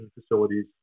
facilities